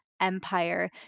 empire